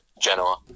Genoa